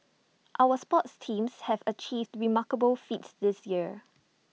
our sports teams have achieved remarkable feats this year